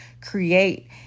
create